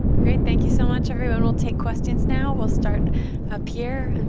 great, thank you so much everyone, we'll take questions now. well start up here. and